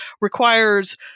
Requires